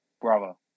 Bravo